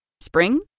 Spring